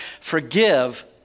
forgive